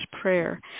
prayer